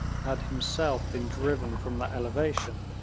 had himself been driven from that elevation,